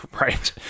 right